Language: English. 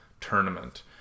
Tournament